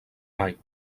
mai